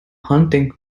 hunting